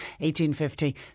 1850